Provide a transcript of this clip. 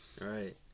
Right